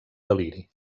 deliri